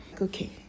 Okay